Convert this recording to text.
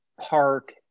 park